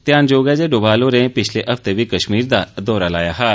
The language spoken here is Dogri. ध्यानजोग ऐ जे डोमाल होररें पिच्छले हफ्ते बी कश्मीर दा दौरा कीता हा